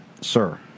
sir